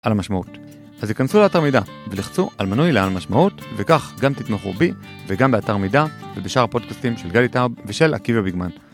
על המשמעות אז הכנסו לאתר מידה ולחצו על מנוי לעל משמעות וכך גם תתמכו בי וגם באתר מידה ובשאר הפודקסטים של גדי טאוב ושל עקיבא ביגמן